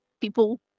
people